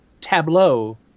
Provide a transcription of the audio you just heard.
tableau